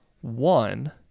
one